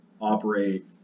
operate